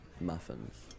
muffins